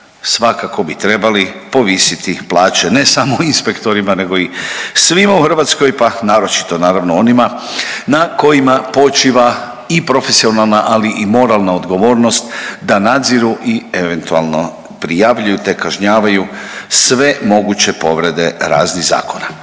svakako bi trebali povisiti plaće ne samo inspektorima nego i svima u Hrvatskoj pa naročito naravno onima na kojima počiva i profesionalna, ali i moralna odgovornost da nadziru i eventualno prijavljuju te kažnjavaju sve moguće povrede raznih zakona.